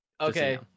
Okay